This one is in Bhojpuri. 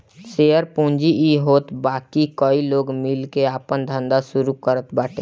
शेयर पूंजी इ होत बाकी कई लोग मिल के आपन धंधा शुरू करत बाटे